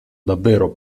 davvero